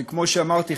שכמו שאמרתי,